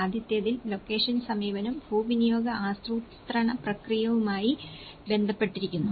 ആദ്യത്തേതിൽ ലൊക്കേഷൻ സമീപനം ഭൂവിനിയോഗ ആസൂത്രണ പ്രക്രിയയുമായി ബന്ധപ്പെട്ടിരിക്കുന്നു